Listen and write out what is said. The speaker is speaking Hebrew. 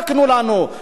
לא תאכלו,